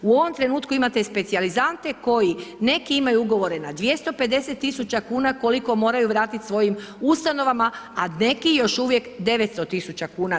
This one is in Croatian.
U ovom trenutku imate specijalizante koji, neki imaju ugovore na 250 tisuća kuna koliko moraju vratiti svojim ustanovama, a neki još uvijek 900 tisuća kuna.